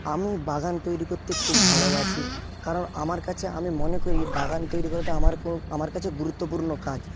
আমি বাগান তৈরি করতে খুব ভালোবাসি কারণ আমার কাছে আমি মনে করি বাগান তৈরি করাটা আমার আমার কাছে গুরুত্বপূর্ণ কাজ